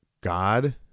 God